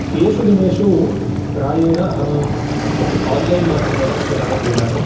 एषु दिनेषु प्रायेण अहं आन्लैन् माध्यमेन पुस्तकानि क्रीणामि